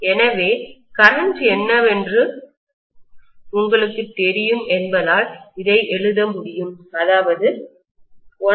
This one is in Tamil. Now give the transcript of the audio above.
எனவே கரண்ட் என்னவென்று உங்களுக்குத் தெரியும் என்பதால் இதை எழுத முடியும் அதாவது 1A2πr